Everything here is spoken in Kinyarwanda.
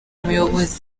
umuyobozi